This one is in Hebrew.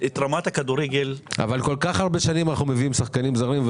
את רמת הכדורגל --- אבל כל כך הרבה שנים אנחנו מביאים שחקנים זרים.